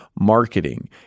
marketing